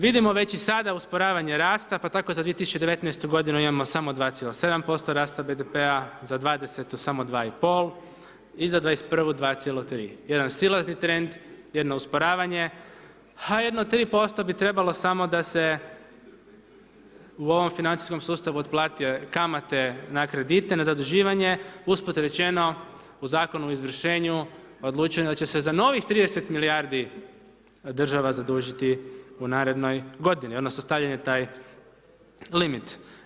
Vidimo već i sada usporavanja rasta, pa tako za 2019. godinu imamo samo 2,7% rasta BDP-a, za 20. samo 2,5 i za 21. 2,3, jedan silazni trend, jedno usporavanje, a jedno 3% bi trebalo samo da se u ovom financijskom sustavu otplate kamate na kredite, na zaduživanje, usput rečeno u Zakonu o izvršenju odlučeno je da će se za novih 30 milijardi država zadužiti u narednoj godini, odnosno stavljen je taj limit.